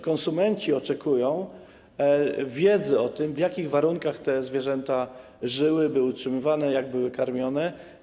Konsumenci oczekują wiedzy o tym, w jakich warunkach zwierzęta żyły, były utrzymywane, jak były karmione.